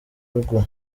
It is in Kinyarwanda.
rugo